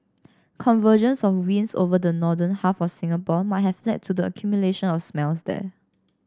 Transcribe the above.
convergence of winds over the northern half of Singapore might have led to the accumulation of smells there